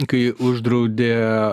kai uždraudė